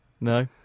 No